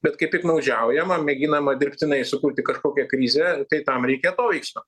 bet kai piktnaudžiaujama mėginama dirbtinai sukurti kažkokią krizę tai tam reikia atoveiksmio